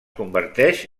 converteix